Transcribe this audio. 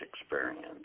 experience